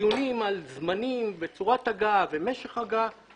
בוודאי בפתיח אמרת דברי טעם.